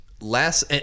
last